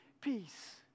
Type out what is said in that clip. peace